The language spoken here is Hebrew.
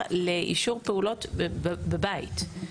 לאישור פעולות בבית.